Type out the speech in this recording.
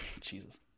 Jesus